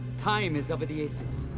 time is of the essence.